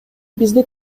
бизди